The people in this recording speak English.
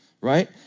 right